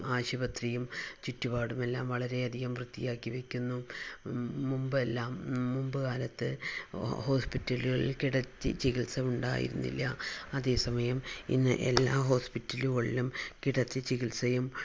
ആശുപതിയും ചുറ്റുപാടുമെല്ലാം വളരെയധികം വൃത്തിയാക്കി വയ്ക്കുന്നു മുമ്പെല്ലാം മുമ്പ് കാലത്ത് ഹോസ്പിറ്റലുകളിൽ കിടത്തി ചികിത്സ ഉണ്ടായിരുന്നില്ല അതേസമയം ഇന്ന് എല്ലാ ഹോസ്പിറ്റലുകളിലും കിടത്തി ചികിത്സയും